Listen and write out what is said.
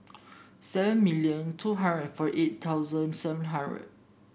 seven million two hundred forty eight thousand seven hundred